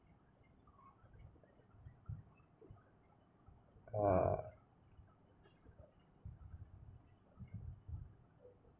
uh